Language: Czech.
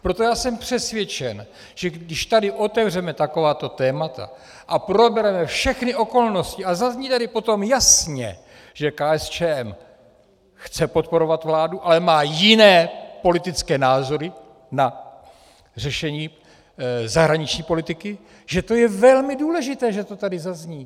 Proto já jsem přesvědčen, že když tady otevřeme takováto témata a probereme všechny okolnosti a zazní tady potom jasně, že KSČM chce podporovat vládu, ale má jiné politické názory na řešení zahraniční politiky, že to je velmi důležité, že to tady zazní.